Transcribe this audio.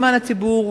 למען הציבור,